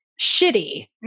shitty